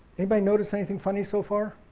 anybody notice anything funny so far?